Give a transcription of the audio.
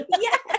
Yes